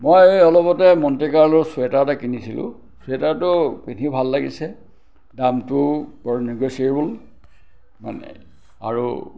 মই অলপতে মণ্টি কাৰ্লোৰ চুৱেটাৰ এটা কিনিছিলোঁ চুৱেটাৰটো পিন্ধি ভাল লাগিছে দামটো বৰ নেগশ্য়িয়েবুল মানে আৰু